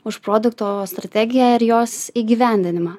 už produkto strategiją ir jos įgyvendinimą